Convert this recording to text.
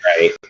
right